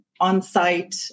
on-site